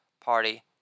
party